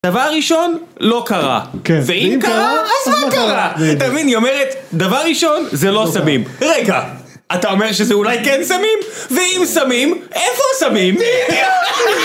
דבר ראשון, לא קרה. ואם קרה, אז מה קרה? אתה מבין, היא אומרת, דבר ראשון, זה לא סמים, רגע, אתה אומר שזה אולי כן סמים? ואם סמים, איפה הסמים? בדיוק.